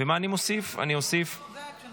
חבר הכנסת